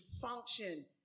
function